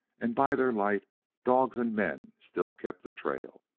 and by their light dogs and men still kept the trail.